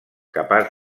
capaç